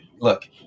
look